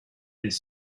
les